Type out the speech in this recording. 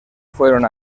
fueron